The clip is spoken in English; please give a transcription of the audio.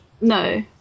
No